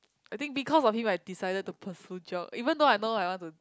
I think because of him I decided to pursue job even though I know I want to